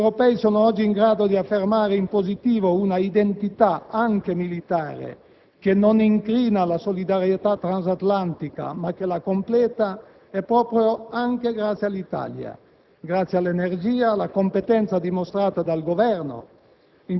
che valsero ai nostri soldati di non conoscere i tremendi attacchi suicidi che subirono invece i *marines* e i parà francesi, sono state tali da indurre anche gli Stati Uniti a insistere perché l'Italia intervenisse un quarto di secolo dopo.